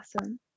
awesome